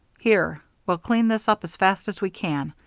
here. we'll clean this up as fast as we can.